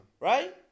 Right